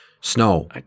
snow